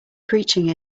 preaching